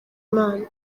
imana